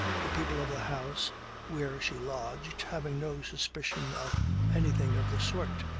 the people of the house where she lodged having no suspicion of anything of the sort.